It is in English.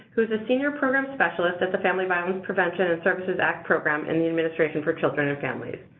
who's a senior program specialist at the family violence prevention and services act program in the administration for children and families.